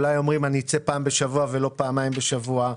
אולי אומרים: אצא פעם בשבוע ולא פעמיים בשבוע.